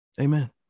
Amen